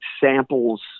samples